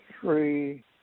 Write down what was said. three